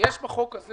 יש בחוק הזה